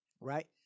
right